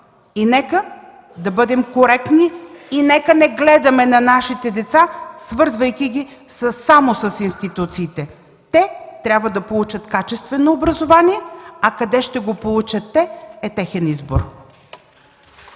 и нека да бъдем коректни, и нека не гледаме на нашите деца, свързвайки ги само с институциите. Те трябва да получат качествено образование, а къде ще го получат, е техен избор.